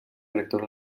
rector